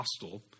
hostile